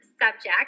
subject